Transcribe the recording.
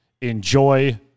enjoy